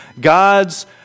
God's